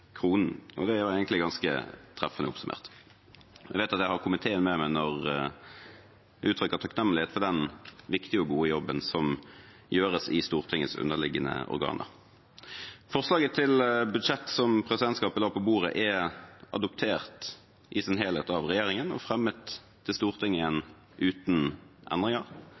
og det er egentlig ganske treffende oppsummert. Jeg vet at jeg har komiteen med meg når jeg uttrykker takknemlighet for den viktige og gode jobben som gjøres i Stortingets underliggende organer. Forslaget til budsjett som presidentskapet la på bordet, er adoptert i sin helhet av regjeringen og fremmet til Stortinget uten endringer.